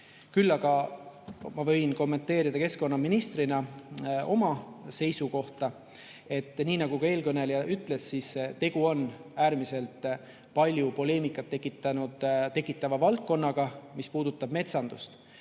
Küll aga ma võin kommenteerida keskkonnaministrina oma seisukohta, et nii nagu ka eelkõneleja ütles, tegu on äärmiselt palju poleemikat tekitava valdkonnaga, mis puudutab metsandust.